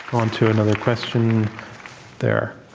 on to another question there